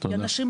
תודה רבה.